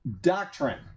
doctrine